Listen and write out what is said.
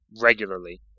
regularly